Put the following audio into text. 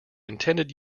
intended